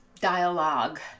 dialogue